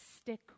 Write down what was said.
stick